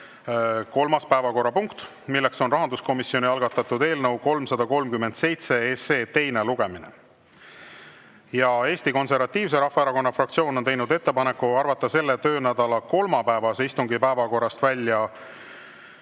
kolmas päevakorrapunkt, milleks on rahanduskomisjoni algatatud eelnõu 337 teine lugemine. Eesti Konservatiivse Rahvaerakonna fraktsioon on teinud ettepaneku arvata selle töönädala kolmapäevase istungi päevakorrast välja